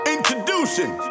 Introducing